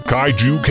Kaiju